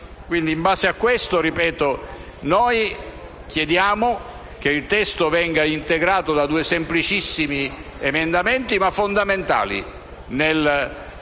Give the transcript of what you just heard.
In base a questo, ripeto, chiediamo che il testo venga integrato da due semplicissimi emendamenti che sarebbero fondamentali e che